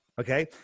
Okay